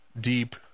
deep